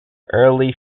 early